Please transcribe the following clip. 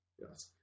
yes